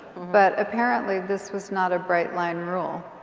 but apparently this was not a bright line rule.